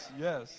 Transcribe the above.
yes